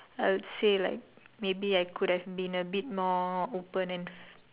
I'll say like maybe I could have been a bit more open and